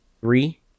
Three